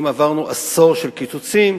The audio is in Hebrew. אם עברנו עשור של קיצוצים,